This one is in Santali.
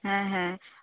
ᱦᱮᱸᱻ ᱦᱮᱸᱻ